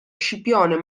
scipione